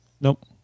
Nope